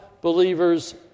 believers